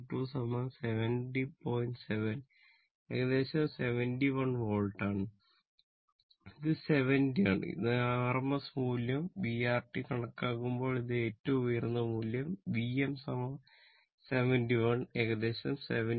7 ഏകദേശം 71 വോൾട്ട് ആണ് ഇത് 70 ആണ് ഇത് rms മൂല്യം v r t കണക്കാക്കുമ്പോൾ ഇത് ഏറ്റവും ഉയർന്ന മൂല്യം v m 71 ഏകദേശം 70